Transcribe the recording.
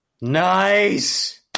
Nice